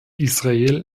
israel